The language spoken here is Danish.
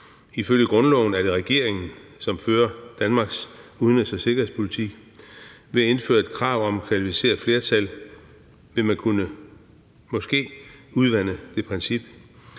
Ifølge grundloven er det regeringen, som fører Danmarks udenrigs- og sikkerhedspolitik. Ved at indføre et krav om kvalificeret flertal, vil man måske kunne udvande det princip.